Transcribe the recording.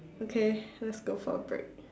okay let's go for a break